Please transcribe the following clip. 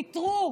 ויתרו